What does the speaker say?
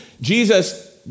Jesus